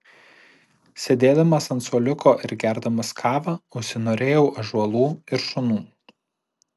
sėdėdamas ant suoliuko ir gerdamas kavą užsinorėjau ąžuolų ir šunų